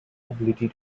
ability